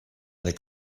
other